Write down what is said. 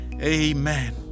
Amen